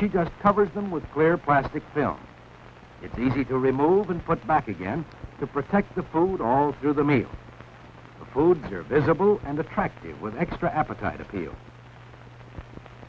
to just covers them with clear plastic film it's easy to remove and put back again to protect the boat all through the me a food that are visible and attractive with extra appetite appeal